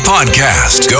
Podcast